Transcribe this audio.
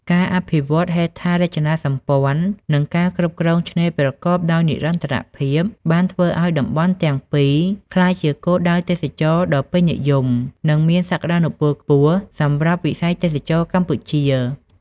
ការអភិវឌ្ឍន៍ហេដ្ឋារចនាសម្ព័ន្ធ និងការគ្រប់គ្រងឆ្នេរប្រកបដោយនិរន្តរភាព បានធ្វើឱ្យតំបន់ទាំងពីរក្លាយជាគោលដៅទេសចរណ៍ដ៏ពេញនិយម និងមានសក្តានុពល ខ្ពស់សម្រាប់វិស័យទេសចរណ៍កម្ពុជា។